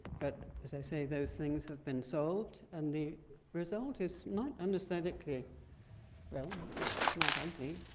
but as i say, those things have been solved, and the result is not unaesthetically well, it's not ugly.